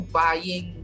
buying